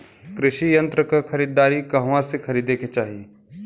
कृषि यंत्र क खरीदारी कहवा से खरीदे के चाही?